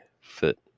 fit